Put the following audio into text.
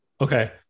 Okay